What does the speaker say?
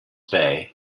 bay